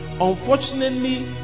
Unfortunately